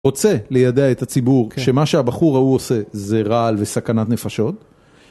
רוצה לידע את הציבור שמה שהבחור ההוא עושה זה רעל וסכנת נפשות?